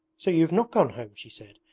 so you have not gone home she said,